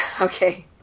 okay